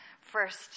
first